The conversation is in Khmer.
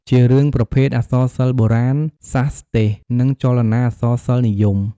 ជារឿងប្រភេទ អក្សរសិល្ប៍បុរាណ សាស្រ្ដទេសន៍ និងចលនា អក្សរសិល្ប៍និយម។